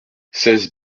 seize